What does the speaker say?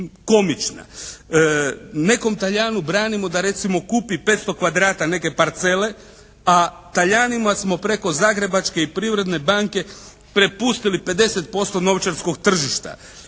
Nekom Talijanu branimo da recimo kupi 500 kvadrata neke parcele, a Talijanima smo preko Zagrebačke i Privredne banke prepustili 50% novčarskog tržišta.